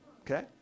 Okay